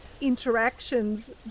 interactions